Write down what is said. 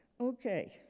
Okay